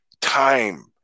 time